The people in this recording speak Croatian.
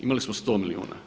Imali smo 100 milijuna.